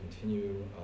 continue